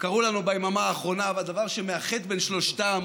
קרו לנו ביממה האחרונה, והדבר שמאחד את שלושתם